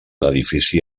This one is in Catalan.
edifici